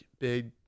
big